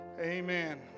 Amen